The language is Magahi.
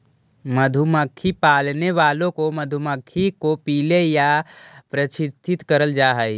मधुमक्खी पालने वालों को मधुमक्खी को पीले ला प्रशिक्षित करल जा हई